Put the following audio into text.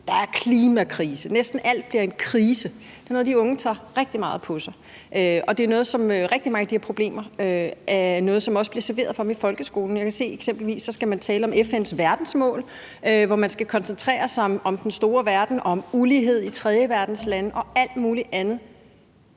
Der er klimakrise, og næsten alt bliver en krise. Det er noget, de unge tager rigtig meget på sig, og rigtig mange af de her problemer er også nogle, der bliver serveret for dem i folkeskolen. Jeg kan se, at man eksempelvis skal tale om FN's verdensmål, hvor børnene skal koncentrere sig om den store verden og om ulighed i tredjeverdenslande og alt muligt andet.